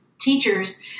Teachers